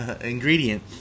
ingredient